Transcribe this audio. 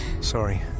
Sorry